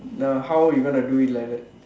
now how you going to do it like that